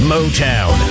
Motown